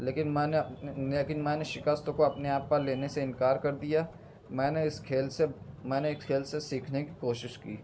لیکن میں نے لیکن میں نے شکست کو اپنے آپ پر لینے سے انکار کر دیا میں نے اس کھیل سے میں نے اس کھیل سے سیکھنے کی کوشش کی